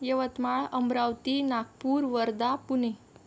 Yavatmal Amravati Nagpur Wardha Pune